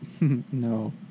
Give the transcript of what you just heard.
no